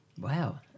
Wow